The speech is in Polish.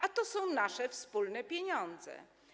A to są nasze wspólne pieniądze.